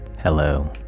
Hello